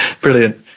brilliant